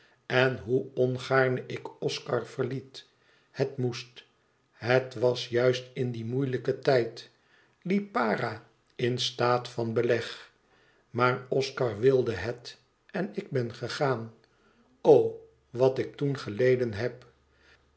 en hoe ongaarne ik oscar verliet het moest het was juist in dien moeilijken tijd lipara in staat van beleg maar oscar wilde het en ik ben gegaan o wat ik toen geleden heb